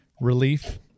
relief